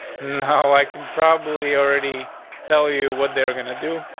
no, i can probably already tell you what they're gonna do.